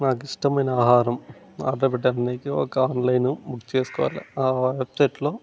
మాకిష్టమైన ఆహారం ఆర్డర్ పెట్టాడానికి ఒక ఆన్లైను బుక్ చేసుకోవాలి ఆ వెబ్సెట్లో